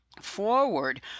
forward